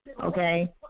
Okay